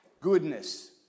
goodness